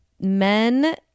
men